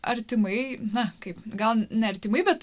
artimai na kaip gal ne artimai bet